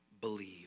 Believe